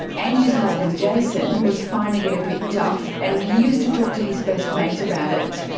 angie's husband jason was finding it a bit tough and he used to talk to his best mate about it.